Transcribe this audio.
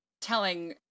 telling